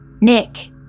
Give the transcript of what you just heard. Nick